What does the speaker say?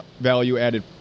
value-added